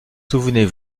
souvenez